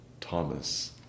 Thomas